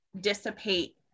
dissipate